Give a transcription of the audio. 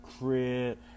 crib